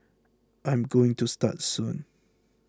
I'm going to start soon